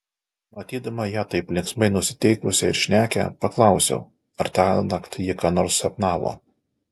matydama ją taip linksmai nusiteikusią ir šnekią paklausiau ar tąnakt ji ką nors sapnavo